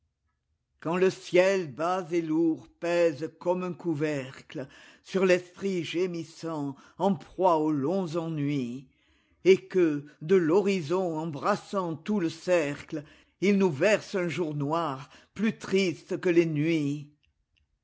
quand le ciel bas et lourd pèse comme un couverclesur tesprit gémissant en proie aux longs ennuis et que de l'horizon embrassant tout le cercleil nous verse un jour noir plus triste que les nuits